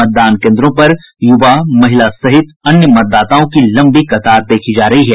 मतदान केन्द्रों पर यूवा महिला सहित अन्य मतदाताओं की लंबी कतार देखी जा रही है